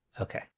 Okay